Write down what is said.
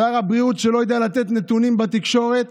שר בריאות שלא יודע לתת נתונים בתקשורת,